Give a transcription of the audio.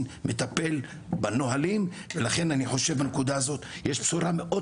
מטפל בנהלים ולכן אני חושב שבנקודה הזאת יש צורה מאוד